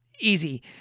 easy